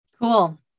Cool